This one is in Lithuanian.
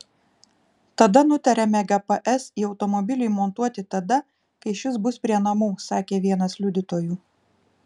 tada nutarėme gps į automobilį įmontuoti tada kai šis bus prie namų sakė vienas liudytojų